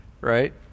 right